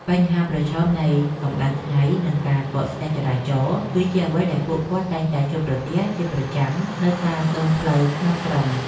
បញ្ហាប្រឈមនៃកម្ដៅថ្ងៃនិងការកកស្ទះចរាចរណ៍គឺជាអ្វីដែលពួកគាត់តែងតែជួបប្រទះជាប្រចាំនៅតាមដងផ្លូវក្នុងក្រុង។